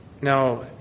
Now